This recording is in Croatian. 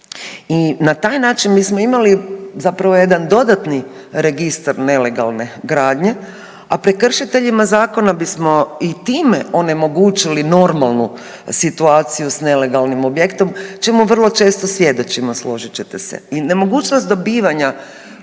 I na taj način bismo imali zapravo jedan dodatni registar nelegalne gradnje, a prekršiteljima zakona bismo i time onemogućili normalnu situaciju s nelegalnim objektom čemu vrlo često svjedočimo složit ćete se. I nemogućnost dobivanja